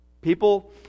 People